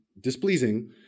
displeasing